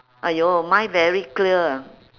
!aiyo! mine very clear ah